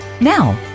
Now